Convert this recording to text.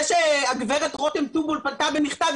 זה שהגברת רותם טובול פנתה במכתב,